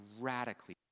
radically